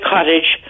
Cottage